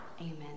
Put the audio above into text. Amen